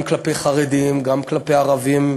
גם כלפי חרדים, גם כלפי ערבים,